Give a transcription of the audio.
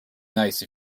nice